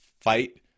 fight